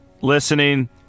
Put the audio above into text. listening